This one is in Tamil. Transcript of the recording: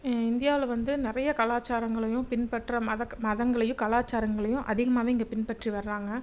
இந்தியாவில் வந்து நிறைய கலாச்சாரங்களையும் பின்பற்ற மதக் மதங்களையும் கலாச்சாரங்களையும் அதிகமாகவே இங்கே பின்பற்றி வராங்க